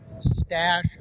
stash